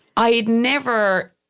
i'd never,